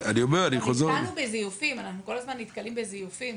גם נתקלנו ואנחנו כל הזמן נתקלים בזיופים.